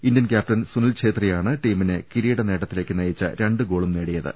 Indian captain Sunil Chhetri യാണ് ടീമിനെ കിരീട നേട്ടത്തിലേക്ക് നയിച്ച രണ്ട് ഗോളു നേടിയത്